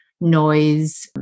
noise